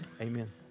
Amen